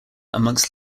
amongst